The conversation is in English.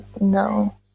no